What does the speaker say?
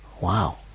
wow